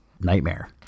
nightmare